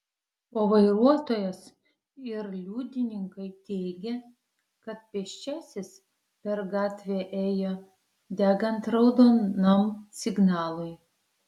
o vairuotojas ir liudininkai teigia kad pėsčiasis per gatvę ėjo degant raudonam signalui